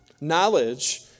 Knowledge